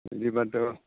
बिदिबाथ'